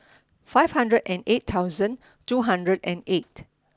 five hundred and eight thousand two hundred and eight